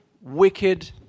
wicked